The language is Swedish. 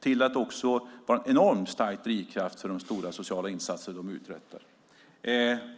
De är också en enormt stark drivkraft för stora sociala insatser.